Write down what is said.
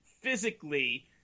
physically